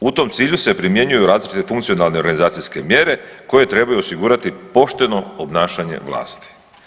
U tom cilju se primjenjuje različite funkcionalne organizacijske mjere, koje trebaju osigurati pošteno obnašanje vlasti.